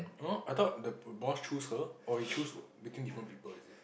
I thought the boss choose her or he choose between different people is it